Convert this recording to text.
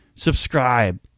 subscribe